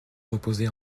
reposer